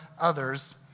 others